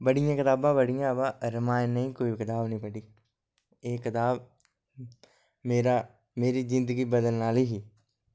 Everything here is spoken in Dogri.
बड़ियां कताबां पढ़ियां व रमायन नेईं केई कताब नि पढ़ी एह् कताब मेरी जिन्दगी बदलने आह्ली ही